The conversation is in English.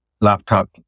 laptop